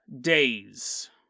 days